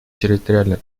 территориальной